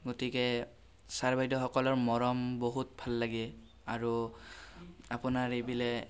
গতিকে ছাৰ বাইদেউসকলৰ মৰম বহুত ভাল লাগে আৰু আপোনাৰ এইবিলাক